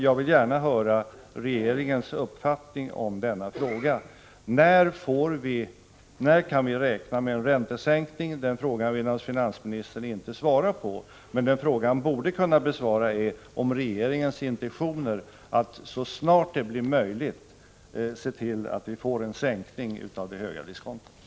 Jag vill gärna höra regeringens uppfattning om detta: När kan vi räkna med en räntesäkning? Den frågan vill naturligtvis finansministern inte svara på, men den fråga han borde kunna ge besked om gäller regeringens intentioner att så snart det blir möjligt se till att vi får en sänkning av det höga diskontot.